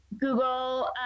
Google